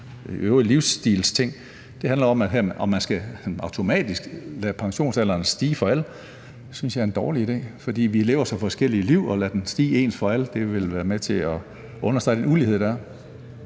Det handler om, om man automatisk skal lade pensionsalderen stige for alle. Det synes jeg er en dårlig idé, fordi vi lever så forskellige liv, og at lade den stige ens for alle vil være med til at understrege den ulighed, der er.